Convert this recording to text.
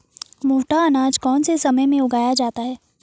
मोटा अनाज कौन से समय में उगाया जाता है?